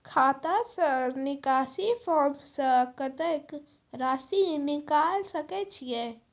खाता से निकासी फॉर्म से कत्तेक रासि निकाल सकै छिये?